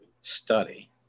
study